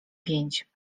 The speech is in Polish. pięć